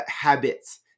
habits